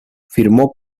firmó